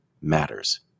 matters